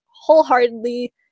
wholeheartedly